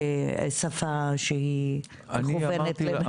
בשפה שהיא מכוונת לנשים.